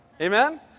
Amen